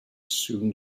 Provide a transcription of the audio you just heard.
soon